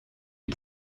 die